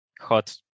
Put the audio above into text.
hot